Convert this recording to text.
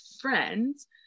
friends